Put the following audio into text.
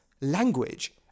language